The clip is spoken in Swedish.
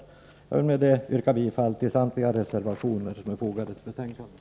Jag vill med detta yrka bifall till samtliga reservationer som är fogade till betänkandet.